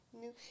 new